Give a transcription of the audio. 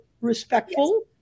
respectful